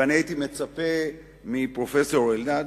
ואני הייתי מצפה מפרופסור אלדד,